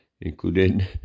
including